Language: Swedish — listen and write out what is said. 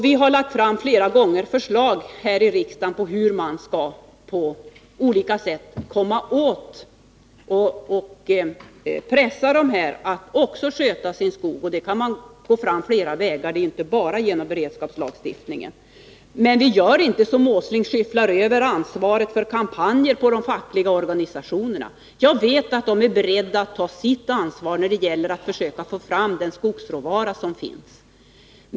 Vi har flera gånger här i riksdagen lagt fram förslag om hur man på olika sätt skall kunna pressa dem att också sköta sin skog. Där kan man gå fram på flera olika vägar — det är inte bara med beredskapslagstiftning vi vill åstadkomma det. Men vi gör inte som Nils Åsling: skyfflar över ansvaret för kampanjer på de fackliga organisationerna. Jag vet att de är beredda att ta sitt ansvar när det gäller att försöka få fram den skogsråvara som finns.